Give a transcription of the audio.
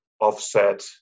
offset